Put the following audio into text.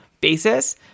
basis